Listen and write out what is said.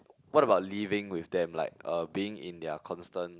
what about living with them like uh being in their constant